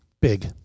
Big